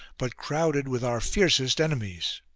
but crowded with our fiercest enemies.